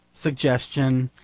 suggestion,